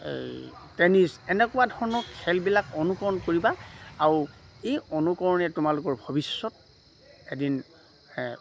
এই টেনিছ এনেকুৱা ধৰণৰ খেলবিলাক অনুকৰৰণ কৰিবা আৰু এই অনুকৰণে তোমালোকৰ ভৱিষ্যত এদিন